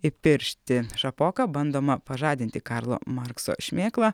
įpiršti šapoka bandoma pažadinti karlo markso šmėklą